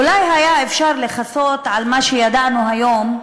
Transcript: אולי היה אפשר לכסות על מה שידענו היום,